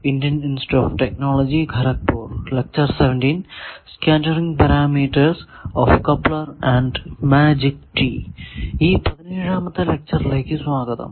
ഈ പതിനേഴാമത്തെ ലെക്ച്ചറിലേക്കു സ്വാഗതം